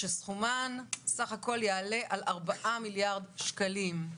שסכומן סך הכול יעלה על ארבעה מיליארד שקלים.